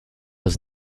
was